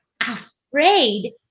afraid